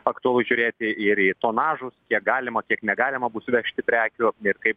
aktualu žiūrėti ir į tonažus kiek galima kiek negalima bus vežti prekių ir kaip